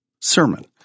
sermon